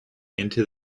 into